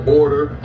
order